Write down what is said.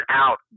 out